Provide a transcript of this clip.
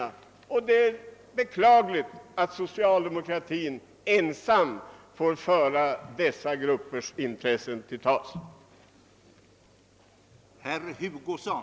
Det är beklagligt att socialdemokratin ensam får föra dessa gruppers talan.